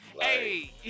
Hey